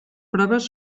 proves